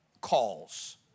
calls